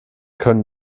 können